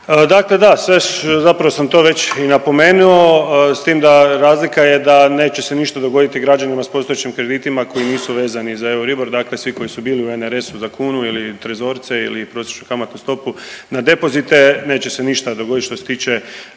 Dakle da, sve zapravo sam to već i napomenuo s tim da razlika je da neće se ništa dogoditi građanima s postojećim kreditima koji nisu vezani za Euribor, dakle svi koji su bili u NRS-u za kunu ili trezorce ili prosječnu kamatnu stopu na depozite neće se ništa dogodit što se tiče